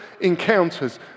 encounters